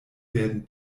werden